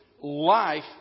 Life